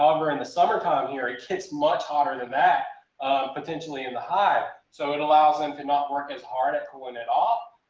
and the summertime here it gets much hotter than that potentially in the hive, so it allows them to not work as hard at cooling it off.